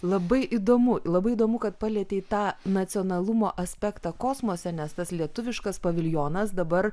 labai įdomu labai įdomu kad palietei tą nacionalumo aspektą kosmose nes tas lietuviškas paviljonas dabar